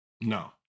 No